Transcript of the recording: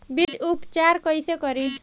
बीज उपचार कईसे करी?